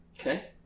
Okay